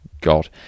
God